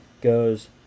goes